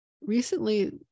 recently